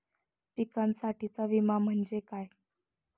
पिकांसाठीचा विमा म्हणजे काय?